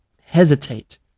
hesitate